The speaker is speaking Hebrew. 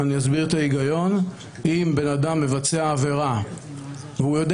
אני אסביר את ההיגיון אם בן אדם מבצע עבירה והוא יודע